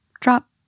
drop